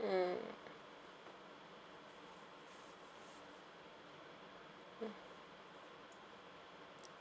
mm mm